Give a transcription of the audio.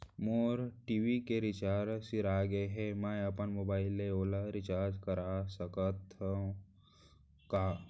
मोर TV के recharge सिरा गे हे, मैं अपन मोबाइल ले ओला रिचार्ज करा सकथव का?